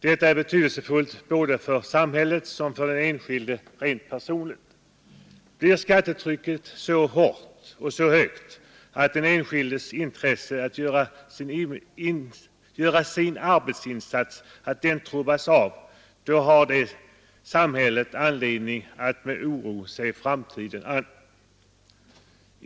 Detta är betydelsefullt både för samhället och för den enskilde rent personligt. Blir skattetrycket så hårt och så högt att den enskildes intresse att göra sin arbetsinsats trubbas av, då har samhället anledning att med oro se framtiden an.